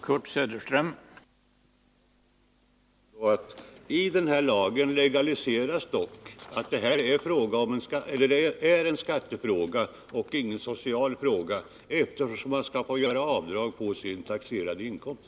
Herr talman! Låt mig bara säga att den aktuella lagen dock legaliserar det förhållandet att det gäller en skattefråga och inte en social fråga, eftersom den medger att man kan få göra avdrag för nedsatt skatteförmåga från sin taxerade inkomst.